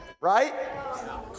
Right